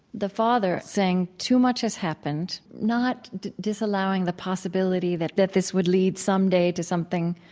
the father saying too much has happened, not disallowing the possibility that that this would lead someday to something